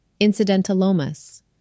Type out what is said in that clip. incidentalomas